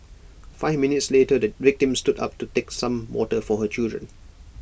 five minutes later the victim stood up to take some water for her children